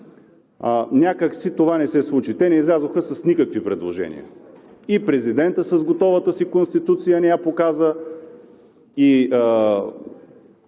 някак си това не се случи. Те не излязоха с никакви предложения – и президентът с готовата си Конституция не я показа, и